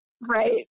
Right